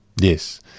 Yes